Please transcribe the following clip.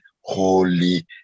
holy